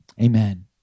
Amen